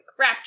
Raptor